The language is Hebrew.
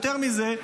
יותר מזה,